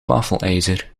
wafelijzer